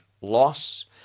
loss